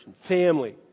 family